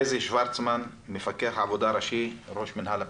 חזי שוורצמן, מפקח עבודה ראשי, ראש מינהל הבטיחות.